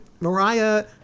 Mariah